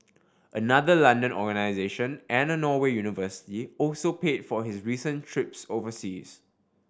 another London organisation and a Norway university also paid for his recent trips overseas